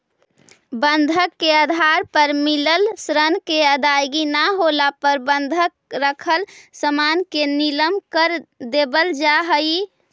बंधक के आधार पर मिलल ऋण के अदायगी न होला पर बंधक रखल सामान के नीलम कर देवल जा हई